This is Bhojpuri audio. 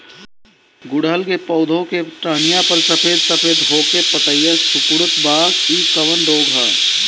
गुड़हल के पधौ के टहनियाँ पर सफेद सफेद हो के पतईया सुकुड़त बा इ कवन रोग ह?